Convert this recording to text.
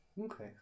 Okay